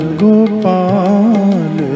gopal